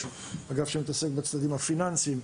יש אגף שעוסק בצדדים הפיננסיים.